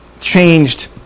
changed